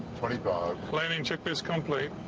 twenty five. landing checklist complete.